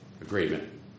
agreement